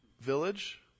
Village